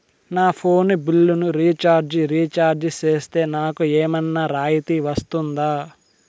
నా ఫోను బిల్లును recharge recharge సేస్తే, నాకు ఏమన్నా రాయితీ వస్తుందా?